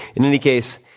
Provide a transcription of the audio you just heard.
in any case,